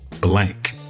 blank